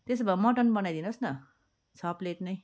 त्यसो भए मटन बनाइदिनुहोस् न छ प्लेट नै